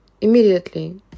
immediately